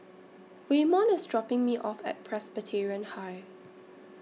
Waymon IS dropping Me off At Presbyterian High